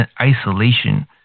isolation